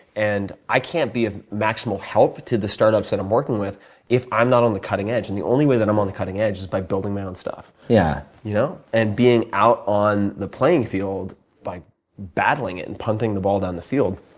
and i can't be of maximal help to the startups that i'm working with if i'm not on the cutting edge. and the only way that i'm on the cutting edge is by building my own stuff, yeah you know, know, and being out on the playing field by battling it and punting the ball down the field.